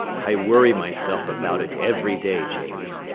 i worry myself about it every day, james,